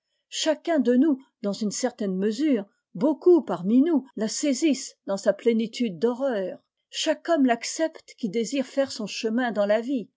chacun de nous dans une certaine mesure beaucoup parmi nous la saisissent dans sa plénitude d'horreur chaque homme l'accepte qui désire faire son chemin dans la vie